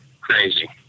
crazy